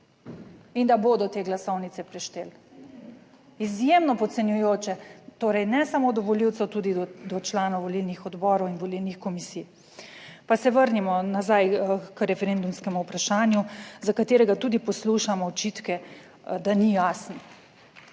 in da bodo te glasovnice prešteli izjemno podcenjujoče torej ne samo do volivcev, tudi do članov volilnih odborov in volilnih komisij. Pa se vrnimo nazaj k referendumskemu vprašanju, za katerega tudi poslušamo očitke, da ni jasen.